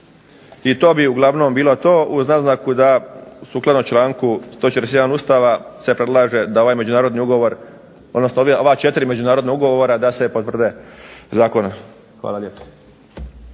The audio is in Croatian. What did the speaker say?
I to bi uglavnom bilo to, uz naznaku da sukladno članku 141. Ustava se predlaže da ovaj međunarodni ugovor, odnosno ova četiri međunarodna ugovora da se potvrde zakonom. Hvala lijepa.